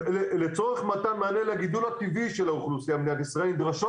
לצורך מתן מענה לגידול הטבעי של האוכלוסייה במדינת ישראל נדרשות